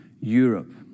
Europe